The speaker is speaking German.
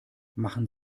machen